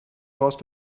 brauchst